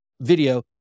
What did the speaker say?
video